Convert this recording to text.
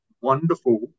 wonderful